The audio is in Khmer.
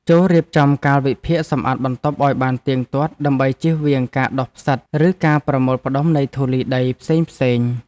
ចូររៀបចំកាលវិភាគសម្អាតបន្ទប់ឱ្យបានទៀងទាត់ដើម្បីជៀសវាងការដុះផ្សិតឬការប្រមូលផ្ដុំនៃធូលីដីផ្សេងៗ។